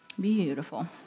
Beautiful